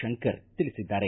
ಶಂಕರ್ ತಿಳಿಸಿದ್ದಾರೆ